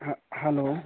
हाँ हलो